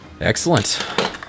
excellent